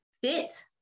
fit